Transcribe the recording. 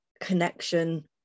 connection